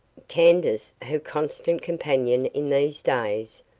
candace, her constant companion in these days,